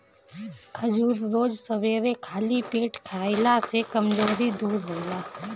खजूर रोज सबेरे खाली पेटे खइला से कमज़ोरी दूर होला